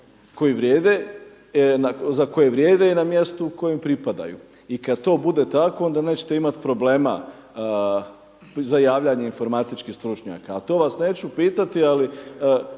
za koje vrijede i na mjestu kojem pripadaju. I kad to bude tako onda nećete imati problema za javljanje informatičkih stručnjaka. Ali to vas neću pitati.